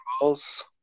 Balls